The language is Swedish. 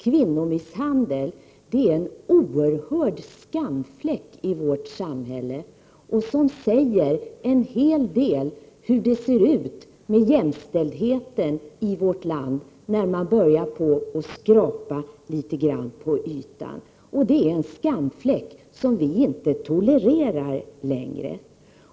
Kvinnomisshandel är en oerhörd skamfläck i vårt samhälle, som säger en hel del om hur det ser ut med jämställdheten i vårt land när man börjar skrapa litet på ytan. Det är en skamfläck vi inte tolererar längre.